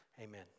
amen